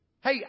Hey